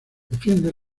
defiende